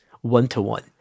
one-to-one